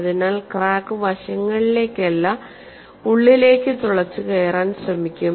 അതിനാൽ ക്രാക്ക് വശങ്ങളിലേക്കല്ല ഉള്ളിലേക്ക് തുളച്ചുകയറാൻ ശ്രമിക്കും